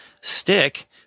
Stick